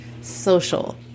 social